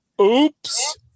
Oops